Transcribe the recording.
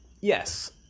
Yes